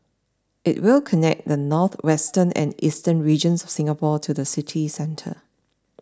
it will connect the northwestern and eastern regions of Singapore to the city centre